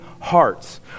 hearts